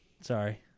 Sorry